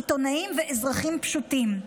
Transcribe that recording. עיתונאים ואזרחים פשוטים.